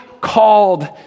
called